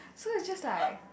so it's just like